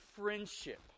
friendship